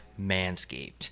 Manscaped